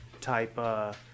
type